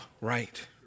right